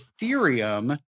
Ethereum